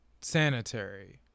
sanitary